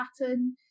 pattern